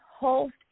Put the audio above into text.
host